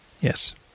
Yes